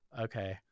okay